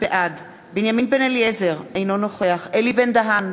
בעד בנימין בן-אליעזר, אינו נוכח אלי בן-דהן,